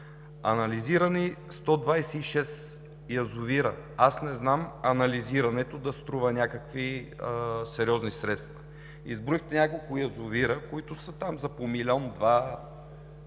Анализирани 126 язовира. Аз не знам анализирането да струва някакви сериозни средства. Изброихте няколко язовира, които са там, за по милион два